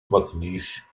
mcleish